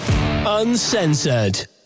uncensored